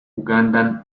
ugandan